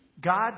God